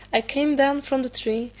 i came down from the tree,